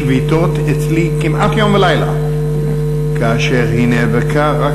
שביתות אצלי כמעט יום ולילה כאשר היא נאבקה רק